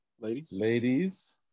Ladies